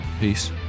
Peace